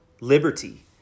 liberty